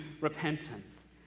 repentance